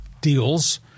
deals